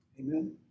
Amen